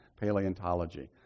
paleontology